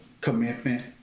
commitment